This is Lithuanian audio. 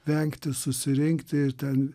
vengti susirinkti ir ten